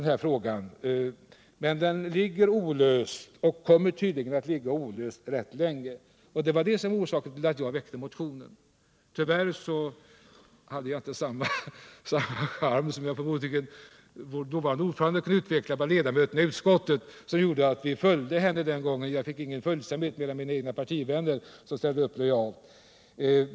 Men den är olöst och kommer tydligen att vara det rätt länge. Det var orsaken till att jag nu väckte en motion. Tyvärr hade jag inte samma charm som vår dåvarande ordförande hade och som gjorde att vi följde henne den gången. Bakom mig har enbart mina egna partivänner ställt upp.